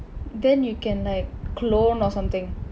then you can like clone or something